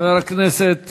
חבר הכנסת